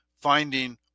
finding